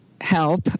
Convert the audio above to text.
help